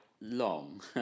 long